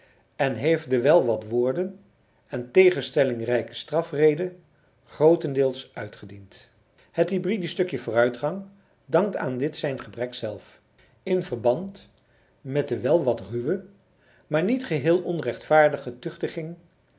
en heeft de wel wat woorden en tegenstellingrijke strafrede grootendeels uitgediend het hybridisch stukje vooruitgang dankt aan dit zijn gebrek zelf in verband met de wel wat ruwe maar niet geheel onrechtvaardige